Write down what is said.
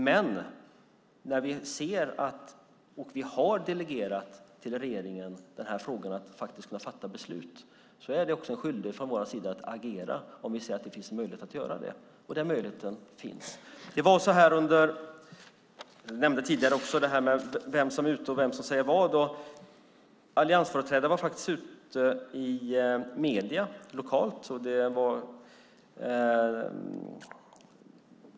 Men när vi har delegerat den här frågan till regeringen för att den faktiskt ska kunna fatta beslut är det också en skyldighet från vår sida att agera om vi ser att det finns en möjlighet att göra det. Den möjligheten finns. Det var så här tidigare också när det gällde vem som var ute och sade vad. En alliansföreträdare var faktiskt ute i medierna lokalt.